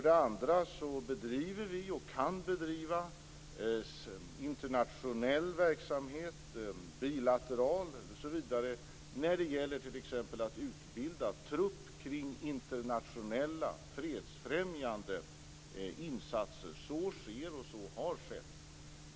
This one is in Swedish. Dessutom bedriver vi och kan bedriva internationell och bilateral verksamhet när det t.ex. gäller att utbilda trupp till internationella fredsfrämjande insatser. Så sker och har skett.